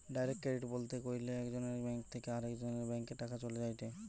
direct credit ব্যবহার কইরলে একজনের ব্যাঙ্ক থেকে আরেকজনের ব্যাংকে টাকা চলে যায়েটে